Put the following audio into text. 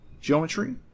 geometry